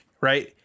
right